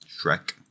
Shrek